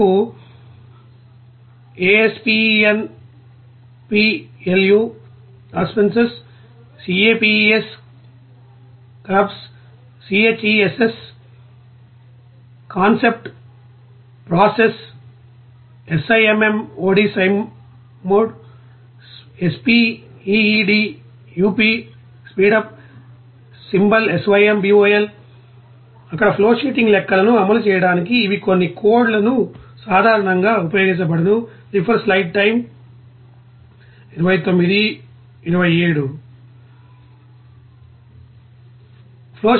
మీకుASPENPLUSఆస్పెన్ప్లస్ CAPESకాప్స్ CHESS chess CONCEPTకాన్సెప్ట్ PROCESSప్రాసెస్SIMMODసీంమోడ్ SPEEDUPస్పీడ్ అప్ SYMBOLసింబల్ అక్కడ ఫ్లోషీటింగ్ లెక్కలను అమలు చేయడానికి ఇవి కొన్నికోడ్ లను సాధారణంగా ఉపయోగిచబడును